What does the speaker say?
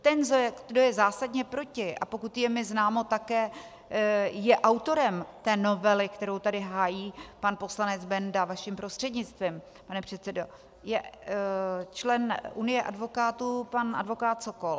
Ten, kdo je zásadně proti, a pokud je mi známo, je také autorem té novely, kterou tady hájí pan poslanec Benda vaším prostřednictvím, pane předsedo, je člen unie advokátů pan advokát Sokol.